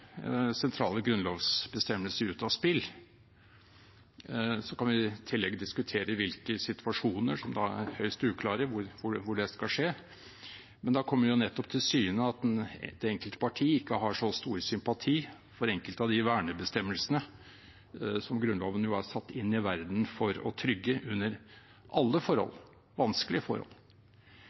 sentrale grunnlovsbestemmelser ut av spill. Vi kan i tillegg diskutere i hvilke situasjoner det skal skje – noe som er høyst uklart – men da kommer det til syne at ett enkelt parti ikke har så stor sympati med enkelte av de vernebestemmelsene som Grunnloven jo er satt inn i verden for å trygge under alle forhold, vanskelige forhold.